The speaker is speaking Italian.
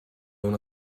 una